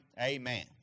Amen